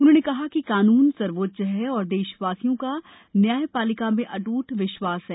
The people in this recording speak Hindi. उन्होंने कहा कि कानून सर्वोच्च है और देशवासियों का न्यायपालिका में अट्टट विश्वास है